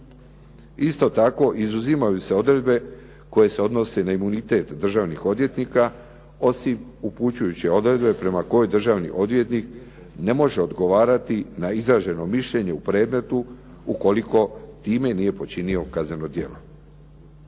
Isto tako, izuzimaju se odredbe koje se odnose na imunitet državnih odvjetnika, osim upućujuće odredbe prema kojoj državni odvjetnik ne može odgovarati na izraženo mišljenje u predmetu ukoliko time nije počinio kazneno djelo.